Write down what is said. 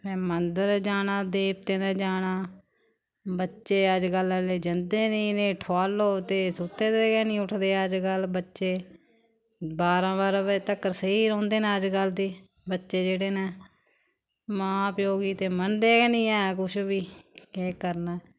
मंदर जाना देवतें दे जाना बच्चे अज्जकल आह्ले जंदे निं इ'नें ठुआलो ते सुत्ते दे गी निं उठदे अज्जकल बच्चे बारां बारां बजे तकर सेई रौंह्दे न अज्जकल दे बच्चे जेह्ड़े ना मां प्यो गी ते मन्नदे गै निं ऐ कुछ बी ते केह् करना